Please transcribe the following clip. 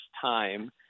time